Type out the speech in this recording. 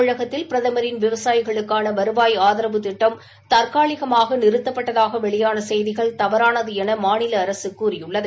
தமிழகத்தில் பிரதமின் விவசாயிகளுக்கான வருவாய் ஆதரவு திட்டம் தற்காலிகமாக நிறுத்தப்பட்டதாக வெளியான செய்திகள் தவறானது என மாநில அரசு கூறியுள்ளது